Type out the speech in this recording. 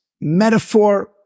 metaphor